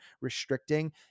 restricting